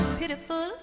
pitiful